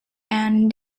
and